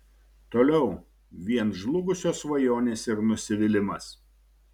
toliau vien žlugusios svajonės ir nusivylimas